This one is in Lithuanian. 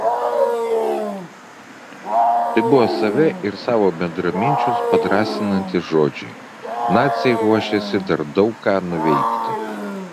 tai buvo save ir savo bendraminčius padrąsinantys žodžiai naciai ruošėsi dar daug ką nuveikti